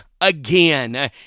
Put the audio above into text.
again